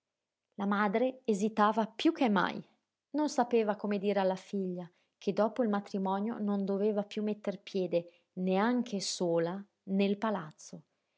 la madre esitava piú che mai non sapeva come dire alla figlia che dopo il matrimonio non doveva piú metter piede neanche sola nel palazzo